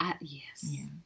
Yes